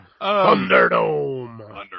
Thunderdome